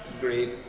great